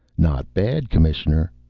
not bad, commissioner.